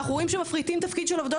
אנחנו רואים שמפריטים תפקיד של עובדות